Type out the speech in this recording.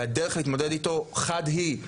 והדרך להתמודד איתו חד היא,